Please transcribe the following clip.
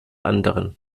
anderen